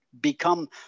become